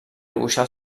dibuixar